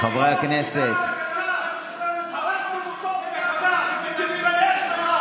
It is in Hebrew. חבר הכנסת חנוך מלביצקי.